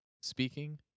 speaking